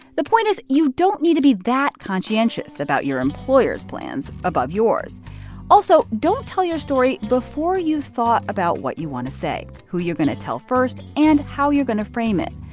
the point is, you don't need to be that conscientious about your employer's plans above yours also don't tell your story before you've thought about what you want to say, who you're going to tell first and how you're going to frame it.